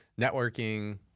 networking